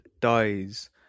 dies